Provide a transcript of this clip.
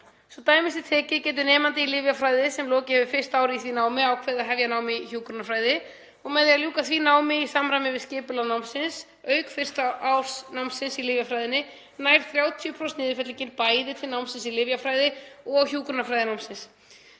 Svo dæmi sé tekið getur nemandi í lyfjafræði, sem lokið hefur fyrsta ári í því námi, ákveðið að hefja nám í hjúkrunarfræði. Með því að ljúka því námi í samræmi við skipulag námsins auk fyrsta árs námsins í lyfjafræðinni nær 30% niðurfellingin bæði til námsins í lyfjafræði og hjúkrunarfræðinámsins.